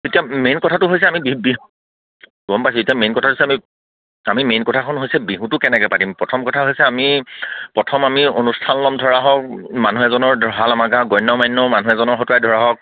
এতিয়া মেইন কথাটো হৈছে আমি বি বি গ'ম পাইছোঁ এতিয়া মেইন কথা হৈছে আমি আমি মেইন কথাখন হৈছে বিহুটো কেনেকে পাতিম প্ৰথম কথা হৈছে আমি প্ৰথম আমি অনুষ্ঠান ল'ম ধৰা হওক মানুহ এজনৰ ভাল আমাৰ গাঁৱৰ গণ্য মান্য মানুহ এজনৰ হতুৱাই ধৰা হওক